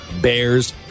Bears